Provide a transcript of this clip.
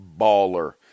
baller